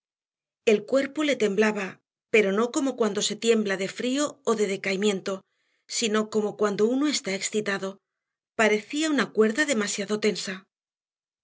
el cuerpo le temblaba pero no como cuando se tiembla de frío o de decaimiento sino como cuando uno está excitado parecía una cuerda demasiado tensa